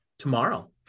tomorrow